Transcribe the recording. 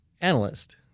analyst